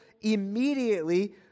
immediately